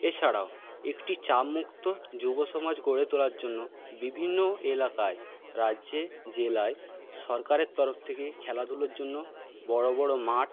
এছাড়াও একটি চাপমুক্ত যুব সমাজ গড়ে তোলার জন্য বিভিন্ন এলাকায় রাজ্যে জেলায় সরকারের তরফ থেকে খেলাধুলার জন্য বড়ো বড়ো মাঠ